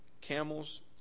camels